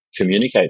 communicate